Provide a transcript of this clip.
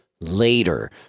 later